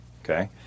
Okay